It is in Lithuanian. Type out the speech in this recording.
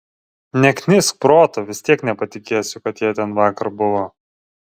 neknisk proto vis tiek nepatikėsiu kad jie ten vakar buvo